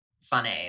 funny